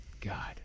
God